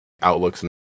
outlooks